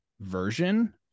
version